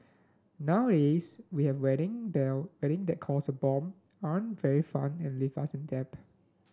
nowadays we have wedding there wedding that cost a bomb aren't very fun and leave us in debt